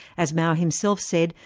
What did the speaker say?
as mao himself said,